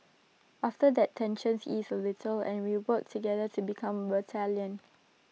after that tensions ease A little and we work together to become battalion